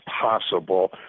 possible